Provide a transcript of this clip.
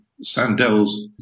Sandel's